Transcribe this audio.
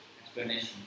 explanation